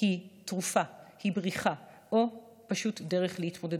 היא תרופה, היא בריחה או פשוט דרך להתמודדות.